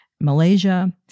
Malaysia